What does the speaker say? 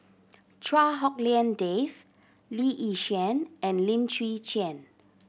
Chua Hak Lien Dave Lee Yi Shyan and Lim Chwee Chian